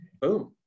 boom